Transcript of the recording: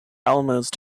almost